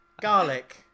garlic